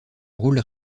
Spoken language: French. rôle